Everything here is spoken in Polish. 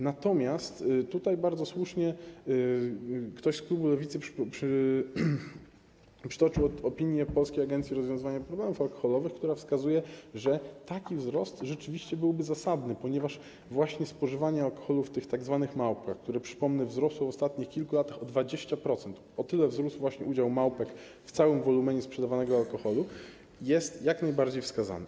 Natomiast tutaj bardzo słusznie ktoś z klubu Lewicy przytoczył opinię Państwowej Agencji Rozwiązywania Problemów Alkoholowych, która wskazuje, że taki wzrost rzeczywiście byłby zasadny, ponieważ właśnie spożywanie alkoholu w tych tzw. małpkach, przypomnę, wzrosło w ostatnich kilku latach o 20% - o tyle wzrósł właśnie udział „małpek” w całym wolumenie sprzedawanego alkoholu - jest jak najbardziej wskazany.